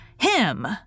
Him